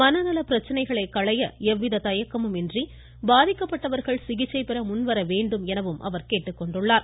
மனநல பிரச்சனைகளை களைய எவ்வித தயக்கமும் இன்றி பாதிக்கப்பட்டவர்கள் சிகிச்சை பெற முன்வர வேண்டும் என கேட்டுக்கொண்டார்